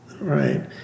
right